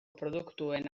produktuen